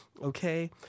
Okay